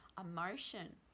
emotion